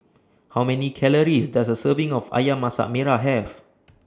How Many Calories Does A Serving of Ayam Masak Merah Have